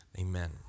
Amen